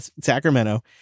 Sacramento